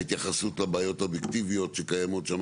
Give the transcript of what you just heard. ההתייחסות לבעיות האובייקטיביות שקיימות שם